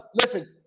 listen